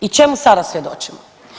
I čemu sada svjedočimo?